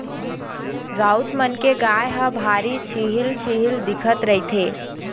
राउत मन के गाय ह भारी छिहिल छिहिल दिखत रहिथे